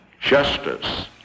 justice